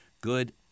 good